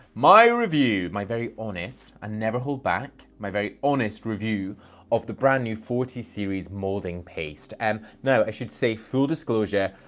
my review, my very honest, i never hold back, my very honest review of the brand new forte series moulding paste. and now, i should say, full disclosure,